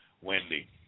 Wendy